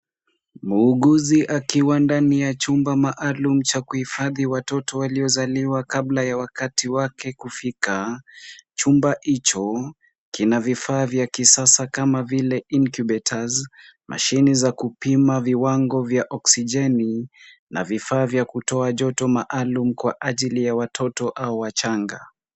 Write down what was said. Muuguzi akiwa ndani ya chumba maalum, cha kuhifadhi watoto waliozaliwa kabla ya wakati wake kufika. Chumba hicho kina vifaa vya kisasa kama vile incubators , mashini za kupima viwango vya oksijeni na vifaa vya kutoa joto maalum kwa ajili ya watoto hao wachanga.